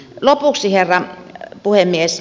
lopuksi herra puhemies